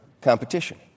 competition